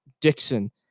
Dixon